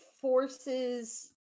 forces